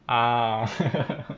ah